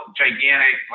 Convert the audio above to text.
gigantic